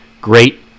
great